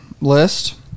list